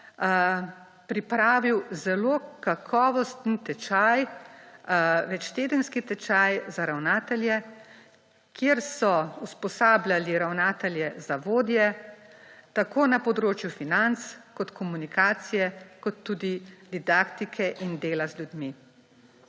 pripravil zelo kakovosten tečaj, večtedenski tečaj za ravnatelje, kjer so usposabljali ravnatelje za vodje tako na področju financ, kot komunikacije, kot tudi didaktike in dela z ljudmi.